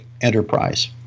enterprise